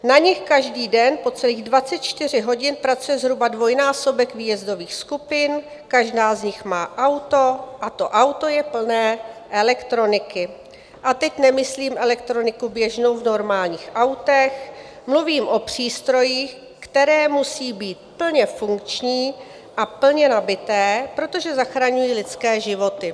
Na nich každý den po celých 24 hodin pracuje zhruba dvojnásobek výjezdových skupin, každá z nich má auto a to auto je plné elektroniky, a teď nemyslím elektroniku běžnou v normálních autech, mluvím o přístrojích, které musí být plně funkční a plně nabité, protože zachraňují lidské životy.